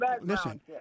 listen